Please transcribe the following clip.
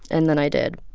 and then i did.